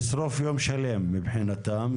לשרוף יום שלם מבחינתם,